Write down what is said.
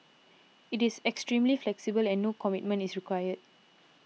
it is extremely flexible and no commitment is required